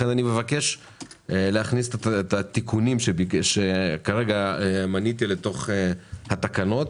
לכן אני מבקש להכניס את התיקונים שכרגע מניתי לתוך התקנות,